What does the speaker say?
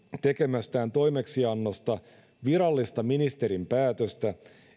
tekemästään toimeksiannosta virallista ministerin päätöstä